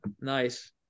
nice